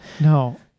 no